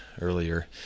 earlier